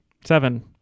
seven